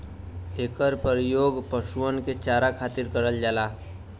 एकर परियोग पशुअन के चारा खातिर करल जाला